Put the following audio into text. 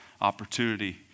opportunity